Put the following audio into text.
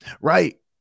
right